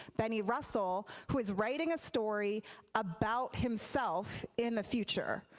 benny russell who is writing a story about himself in the future.